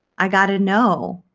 i got to know.